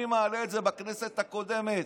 אני מעלה את זה בכנסת הקודמת,